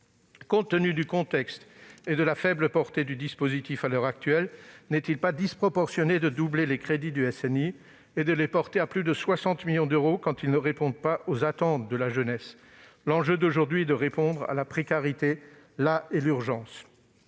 Compte tenu du contexte et de la faible portée du dispositif à l'heure actuelle, n'est-il pas disproportionné de doubler les crédits du SNU, pour les porter à plus de 60 millions d'euros, quand ils ne répondent pas aux attentes de la jeunesse ? L'enjeu d'aujourd'hui est de répondre à la précarité. Voilà l'urgence